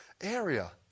area